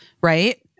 Right